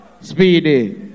Speedy